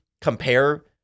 compare